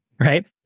right